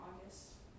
August